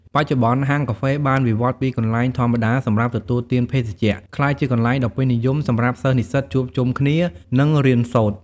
បច្ចុប្បន្ន ហាងកាហ្វេបានវិវត្តន៍ពីកន្លែងធម្មតាសម្រាប់ទទួលទានភេសជ្ជៈ ក្លាយជាកន្លែងដ៏ពេញនិយមសម្រាប់សិស្សនិស្សិតជួបជុំគ្នា និងរៀនសូត្រ។